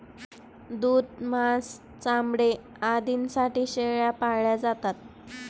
दूध, मांस, चामडे आदींसाठी शेळ्या पाळल्या जातात